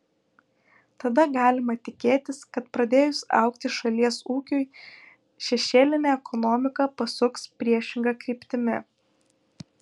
tada galima tikėtis kad pradėjus augti šalies ūkiui šešėlinė ekonomika pasuks priešinga kryptimi